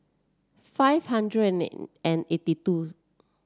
five hundred and and eighty two